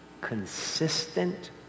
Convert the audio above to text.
consistent